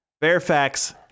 Fairfax